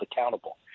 accountable